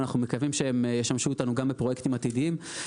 אנחנו מקווים שהם ישמשו אותנו גם בפרויקטים עתידיים.